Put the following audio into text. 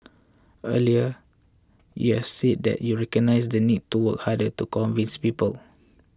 earlier you have said that you recognise the need to work harder to convince people